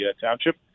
township